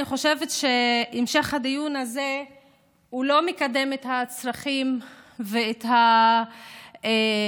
אני חושבת שהמשך הדיון הזה לא מקדם את הצרכים ואת הדברים